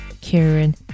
Karen